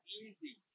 easy